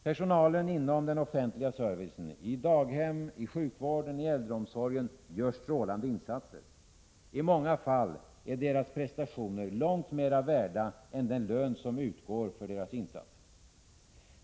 Personalen inom den offentliga servicen, i barndaghem, i sjukvården, i äldreomsorgen, gör strålande insatser. I många fall är deras prestationer långt mera värda än den lön som utgår för deras insatser.